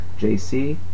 JC